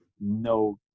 no